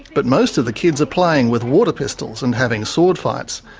but most of the kids are playing with water pistols and having sword fights.